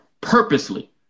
purposely